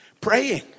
praying